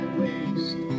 waste